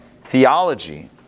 theology